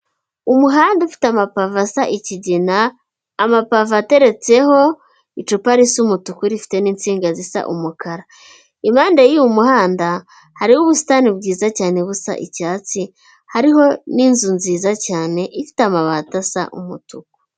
Umuhanda ufite amapave asa ikigina, amapave ateretseho icupa risa umutuku rifite n'insinga zisa umukara, impande y'uyu muhanda hariho ubusitani bwiza cyane busa icyatsi, hariho n'inzu nziza cyane ifite amabati asa umutuku.